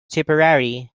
tipperary